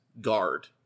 Guard